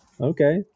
Okay